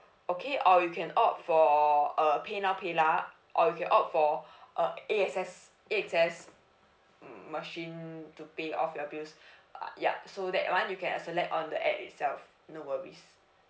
okay or you can opt for uh PayNow PayLah or you can opt for uh A_X_S A_X_S machine to pay off your bills uh yup so that one you can select on the app itself no worries